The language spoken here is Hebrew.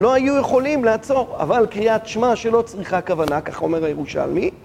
לא היו יכולים לעצור אבל קריאת שמע שלא צריכה כוונה כך אומר הירושלמי